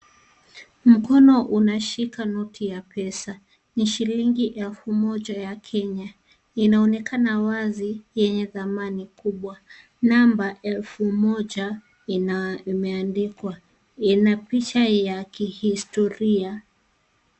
Mkono unashika noti ya pesa, ni shilingi elfu moja ya Kenya, inaonekana wazi yenye dhamani kubwa, namba elfu moja imeandikwa, ina picha ya kihistoria.